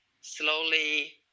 slowly